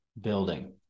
building